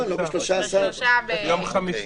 היום.